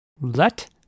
Let